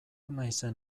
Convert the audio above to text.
naizen